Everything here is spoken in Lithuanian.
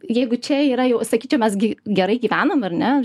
jeigu čia yra jau sakyčiau mes gi gerai gyvenam ar ne